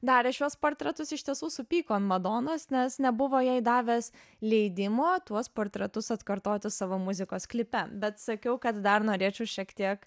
darė šiuos portretus iš tiesų supyko an madonos nes nebuvo jai davęs leidimo tuos portretus atkartoti savo muzikos klipe bet sakiau kad dar norėčiau šiek tiek